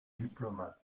diplomate